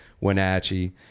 Wenatchee